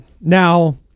Now